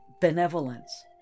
benevolence